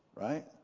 right